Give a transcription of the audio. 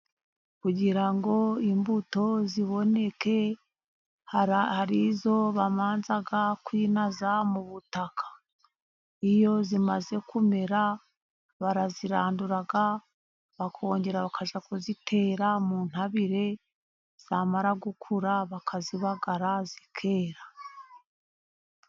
Kugira ngo imbuto ziboneke , hari izo babanza kwinaza mu butaka . Iyo zimaze kumera, barazirandura bakongera bakajya kuzitera mu ntabire , zamara gukura, bakazibagara zikera.